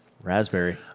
raspberry